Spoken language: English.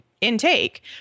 intake